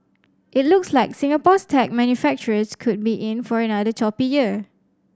it looks like Singapore's tech manufacturers could be in for another choppy year